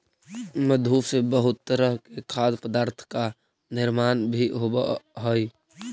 मधु से बहुत तरह के खाद्य पदार्थ का निर्माण भी होवअ हई